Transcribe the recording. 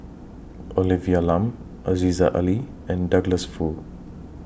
Olivia Lum Aziza Ali and Douglas Foo